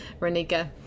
Renika